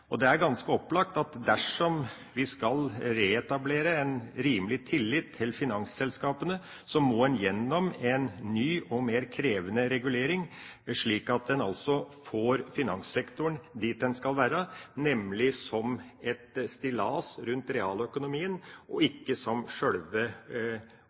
Det er ganske opplagt at dersom en skal reetablere en rimelig tillit til finansselskapene, må en gjennom en ny og mer krevende regulering, slik at en får finanssektoren dit den skal være, nemlig som et «stillas» rundt realøkonomien, og